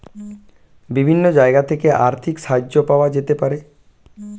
বিভিন্ন জায়গা থেকে আর্থিক সাহায্য পাওয়া যেতে পারে